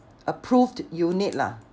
approved unit lah